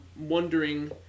wondering